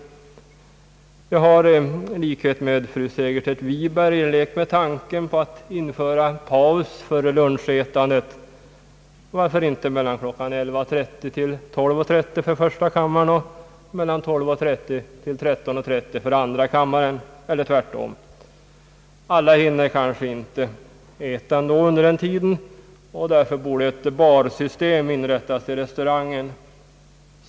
Jag har i likhet med fru Segerstedt Wiberg lekt med tanken på att införa paus för lunchätandet, varför inte mellan kl. 11.30 och 12.30 för första kam maren och mellan 12.30 och 13.30 för andra kammaren, eller tvärtom. Alla hinner kanske inte heller äta under den tiden, och därför borde ett barsystem inrättas i restaurangen.